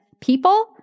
people